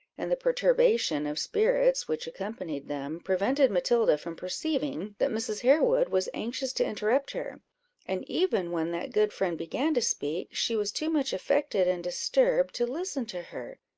and the perturbation of spirits which accompanied them, prevented matilda from perceiving that mrs. harewood was anxious to interrupt her and even when that good friend began to speak, she was too much affected and disturbed to listen to her.